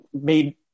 made